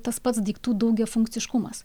tas pats daiktų daugiafunkciškumas